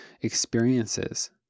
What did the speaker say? experiences